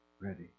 ready